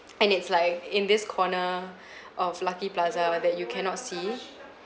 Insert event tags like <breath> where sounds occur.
<noise> and it's like in this corner <breath> of lucky plaza that you cannot see